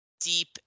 deep